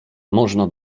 można